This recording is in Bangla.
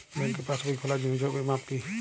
ব্যাঙ্কে পাসবই খোলার জন্য ছবির মাপ কী?